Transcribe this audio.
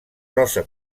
rosa